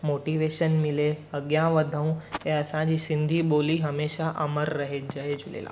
motivation मिले अॻियां वधूं ऐं असांजी सिंधी ॿोली हमेशा अमर रहे जय झूलेलाल